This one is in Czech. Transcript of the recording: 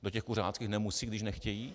Do kuřáckých nemusí, když nechtějí?